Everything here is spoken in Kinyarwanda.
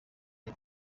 the